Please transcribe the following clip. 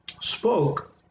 spoke